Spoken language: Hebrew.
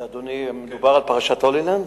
מדובר פה על פרשת "הולילנד"?